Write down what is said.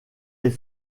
est